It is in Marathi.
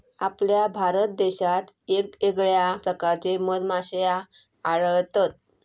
आपल्या भारत देशात येगयेगळ्या प्रकारचे मधमाश्ये आढळतत